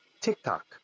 TikTok